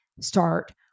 start